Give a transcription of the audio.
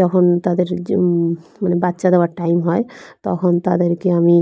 যখন তাদের মানে বাচ্চা দেওয়ার টাইম হয় তখন তাদেরকে আমি